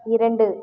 இரண்டு